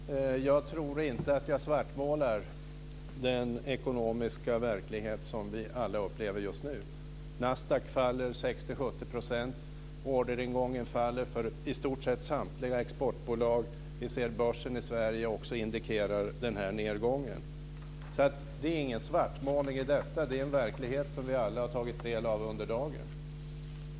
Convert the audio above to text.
Herr talman! Jag tror inte att jag svartmålar den ekonomiska verklighet som vi alla upplever just nu. Nasdaq faller 60-70 %. Orderingången faller för i stort sett samtliga exportbolag. Vi ser också att börsen i Sverige indikerar denna nedgång. Så det är ingen svartmålning, utan det är en verklighet som vi alla har tagit del av under dagen.